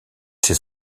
ses